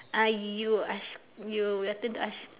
uh you ask you your turn to ask